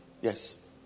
Yes